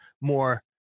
more